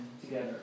together